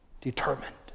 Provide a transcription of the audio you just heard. determined